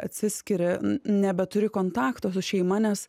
atsiskiria nebeturi kontakto su šeima nes